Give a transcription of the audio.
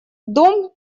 дом